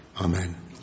Amen